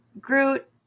Groot